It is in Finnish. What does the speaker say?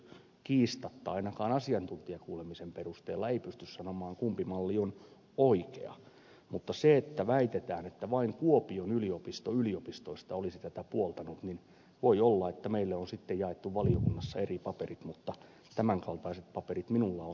kiistatta ainakaan asiantuntijakuulemisen perusteella ei pysty sanomaan kumpi malli on oikea mutta se että väitetään että vain kuopion yliopisto yliopistoista olisi tätä puoltanut niin voi olla että meille on sitten jaettu valiokunnassa eri paperit mutta tämän kaltaiset paperit minulla on